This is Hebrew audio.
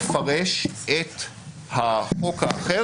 הכוונה היא באמת לבטל חוק או להגביל את תוקפו.